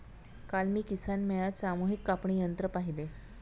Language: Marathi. काल मी किसान मेळ्यात सामूहिक कापणी यंत्र पाहिले